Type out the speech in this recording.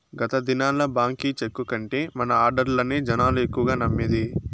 గత దినాల్ల బాంకీ చెక్కు కంటే మన ఆడ్డర్లనే జనాలు ఎక్కువగా నమ్మేది